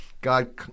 God